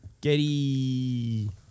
getty